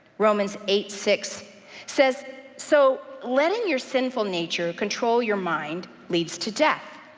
romans eight six says so letting your sinful nature control your mind leads to death.